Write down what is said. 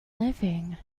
living